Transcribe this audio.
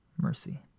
mercy